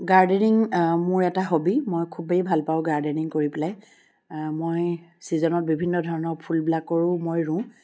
gardening মোৰ এটা hobby মই খুবেই ভাল পাওঁ গাৰ্ডেনিং কৰি পেলাই মই ছিজনত বিভিন্ন ধৰণৰ ফুলবিলাকো মই ৰুওঁ